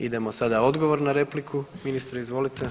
Idemo sada odgovor na repliku, ministre, izvolite.